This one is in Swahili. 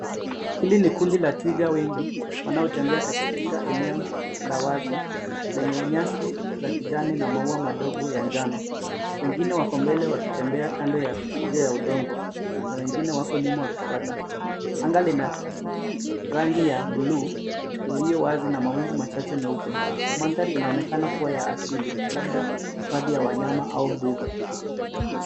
Hili ni kundi la twiga wengi wanaotembea katika eneo la wazi lenye nyasi za kijani na maua madogo ya njano. Wengine wako mbele wakitembea kando ya njia ya udongo na wengine wako nyuma wakifuata. Anga lina rangi ya buluu iliyo wazi na mawingu machache meupe. Mandhari inaonekana kuwa ya asili labda hifadhi ya wanyama au mbuga.